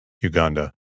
Uganda